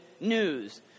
news